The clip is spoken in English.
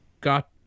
got